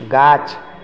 गाछ